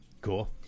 Cool